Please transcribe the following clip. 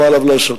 מה עליו לעשות,